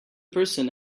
person